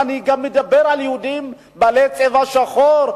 הוא מדבר גם על יהודים בעלי צבע שחור,